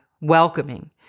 welcoming